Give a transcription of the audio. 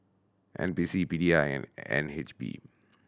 N P C P D I and N H B